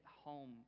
home